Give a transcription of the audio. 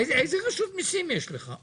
איזה רשות מיסים יש לך?